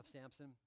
Samson